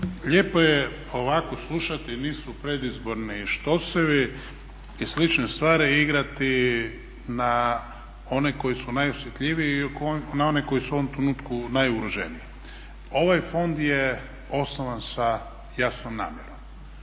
Lijepo je ovako slušati nisu predizborni štosovi i slične stvari i igrati na one koji su najosjetljiviji i na one koji su u ovom trenutku najugroženiji. Ovaj fond je osnovan sa jasnom namjerom,